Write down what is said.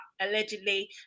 allegedly